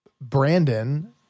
Brandon